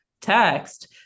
text